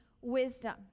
Wisdom